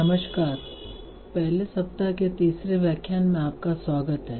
नमस्कार पहले सप्ताह के तीसरे व्याख्यान में आपका स्वागत है